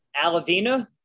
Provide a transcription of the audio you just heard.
Alavina